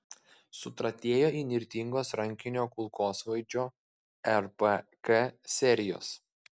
sutratėjo įnirtingos rankinio kulkosvaidžio rpk serijos